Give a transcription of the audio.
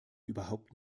überhaupt